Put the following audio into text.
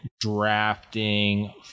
drafting